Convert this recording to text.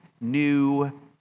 new